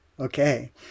Okay